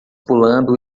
pulando